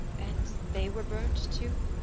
and they were burnt too?